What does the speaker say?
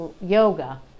yoga